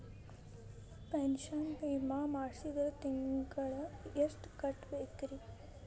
Pension ವಿಮಾ ಮಾಡ್ಸಿದ್ರ ತಿಂಗಳ ಎಷ್ಟು ಕಟ್ಬೇಕ್ರಿ?